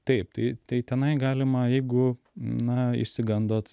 taip tai tai tenai galima jeigu na išsigandot